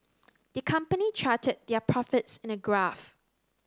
the company charted their profits in a graph